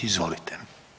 Izvolite.